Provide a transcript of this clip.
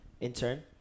intern